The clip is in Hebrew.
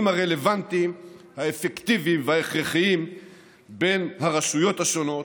הרלוונטיים האפקטיביים וההכרחיים בין הרשויות השונות